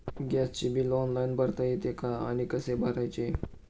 गॅसचे bill online भरता येते का आणि कसे भरायचे?